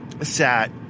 sat